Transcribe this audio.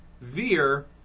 Veer